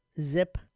Zip